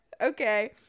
okay